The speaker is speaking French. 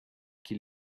qu’il